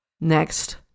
next